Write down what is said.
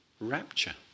rapture